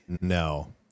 No